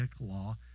law